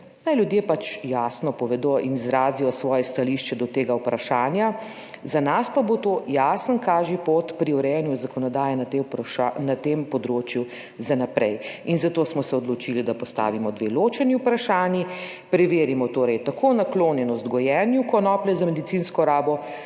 Naj ljudje pač jasno povedo in izrazijo svoje stališče do tega vprašanja. Za nas pa bo to jasen kažipot pri urejanju zakonodaje na tem področju za naprej in zato smo se odločili, da postavimo dve ločeni vprašanji: preverimo torej tako naklonjenost gojenju konoplje za medicinsko rabo,